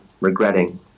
regretting